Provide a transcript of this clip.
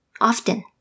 Often